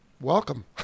welcome